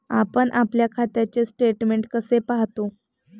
आपण आपल्या खात्याचे स्टेटमेंट कसे पाहतो?